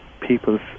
people's